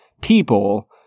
people